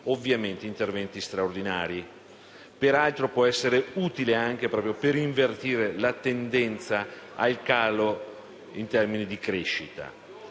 ovviamente, interventi straordinari. Peraltro, può essere utile anche per invertire la tendenza al calo della crescita.